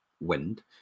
wind